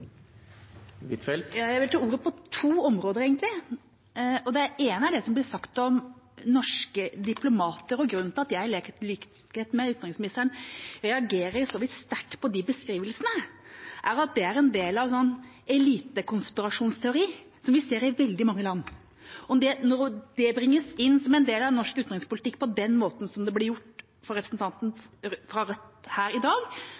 det som blir sagt om norske diplomater. Grunnen til at jeg, i likhet med utenriksministeren, reagerer så vidt sterkt på de beskrivelsene, er at det er en del av en sånn elitekonspirasjonsteori som vi ser i veldig mange land. Når det bringes inn som en del av norsk utenrikspolitikk på den måten som det blir gjort fra representanten fra Rødt her i dag,